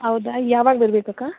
ಹೌದಾ ಯಾವಾಗ ಬರಬೇಕಕ್ಕ